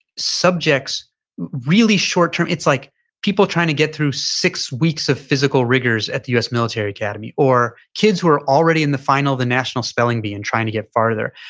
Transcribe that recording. subjects really short-term. it's like people trying to get through six weeks of physical rigors at the us military academy, or kids who are already in the final, the national spelling bee and trying to get farther.